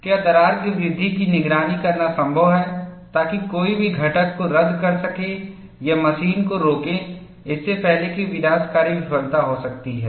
क्या दरार की वृद्धि की निगरानी करना संभव है ताकि कोई भी घटक को रद्द कर सकें या मशीन को रोके इससे पहले कि विनाशकारी विफलता हो सकती है